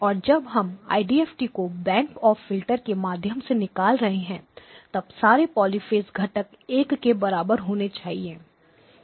और जब हम आईडीएफटी को बैंक ऑफ फिल्टर के माध्यम से निकाल रहे हैं तब सारे पॉलिफेज घटक एक के बराबर होने चाहिए